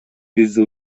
бизди